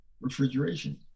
refrigeration